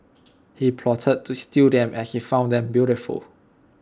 he plotted to steal them as he found them beautiful